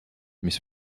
mis